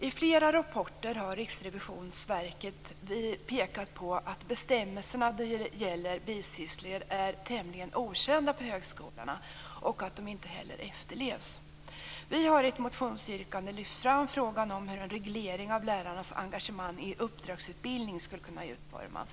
I flera rapporter har Riksrevisionsverket pekat på att bestämmelserna när det gäller bisysslor är tämligen okända på högskolorna och att de inte heller efterlevs. Vi har i ett motionsyrkande lyft fram frågan om hur en reglering av lärarnas engagemang i uppdragsutbildning skulle kunna utformas.